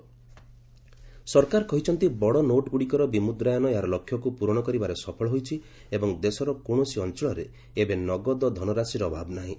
DEA ନୋଟବ୍ୟାଙ୍କ ସରକାର କହିଛନ୍ତି ବଡ ନୋଟ୍ଗୁଡିକର ବିମୁଦ୍ରାୟନ ଏହାର ଲକ୍ଷ୍ୟକୁ ପୂରଣ କରିବାରେ ସଫଳ ହୋଇଛି ଏବଂ ଦେଶର କୌଣସି ଅଞ୍ଚଳରେ ଏବେ ନଗଦ ଧନରାଶିର ଅଭାବ ନାହିଁ